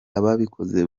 ababikoze